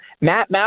Matt